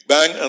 Bang